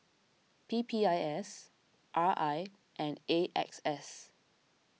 P P I S R I and A X S